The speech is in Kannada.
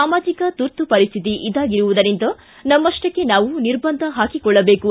ಸಾಮಾಜಿಕ ತುರ್ತು ಪರಿಸ್ಥಿತಿ ಇದಾಗಿರುವುದರಿಂದ ನಮ್ಮಷ್ಷಕ್ಕೆ ನಾವು ನಿರ್ಭಂಧ ಹಾಕಿಕೊಳ್ಳಬೇಕು